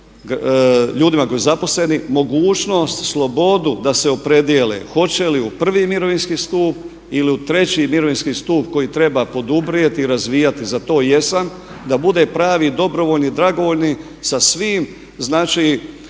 ljudima koji su zaposleni mogućnost, slobodu da se opredijele hoće li u prvi mirovinski stup ili u treći mirovinski stup koji treba poduprijeti i razvijati. Za to jesam da bude pravi dobrovoljni, dragovoljni sa svim znači